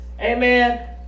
amen